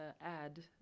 add